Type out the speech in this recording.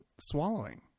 swallowing